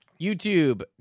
YouTube